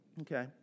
Okay